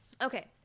okay